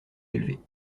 élevés